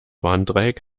warndreieck